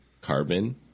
carbon